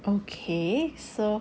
okay so